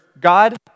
God